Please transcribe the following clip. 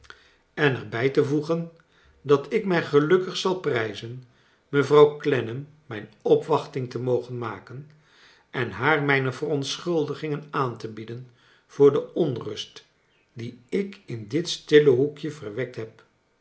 en er bij te voegen dat ik mij gelukkig zal prijzen mevrouw clennam mijn opwachting te mogen maken en haar mijne verontschuldigingen aan te bieden voor de onrust die ik in dit stille ho ekje verwekt heb